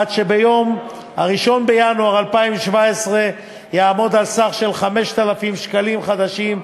עד שביום 1 בינואר 2017 הוא יעמוד על סך 5,000 שקלים חדשים,